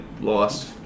lost